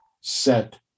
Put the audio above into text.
set